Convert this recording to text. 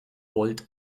volt